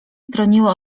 stroniły